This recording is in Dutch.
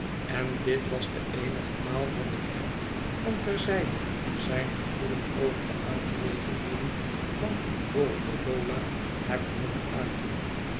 en dit was de eenige maal dat ik hem van ter zijde zijn gevoelen over de aangelegenheden van borrioboola heb hooren uiten